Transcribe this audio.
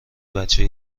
بچه